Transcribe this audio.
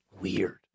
Weird